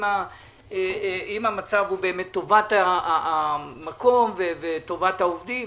אם המצב הוא טובת המקום וטובת העובדים.